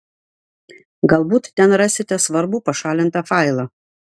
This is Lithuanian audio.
galbūt ten rasite svarbų pašalintą failą